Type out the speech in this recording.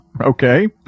Okay